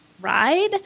ride